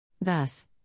Thus